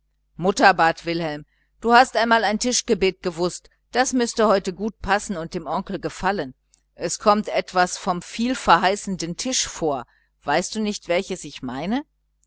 mutter bat wilhelm du hast einmal ein tischgebet gewußt das müßte heute gut passen und dem onkel gefallen es kommt etwas vom vielverheißenden tisch vor weißt du nicht welches ich meine